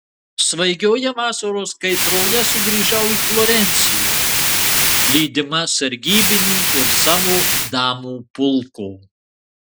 svaigioje vasaros kaitroje sugrįžau į florenciją lydima sargybinių ir savo damų pulko